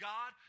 God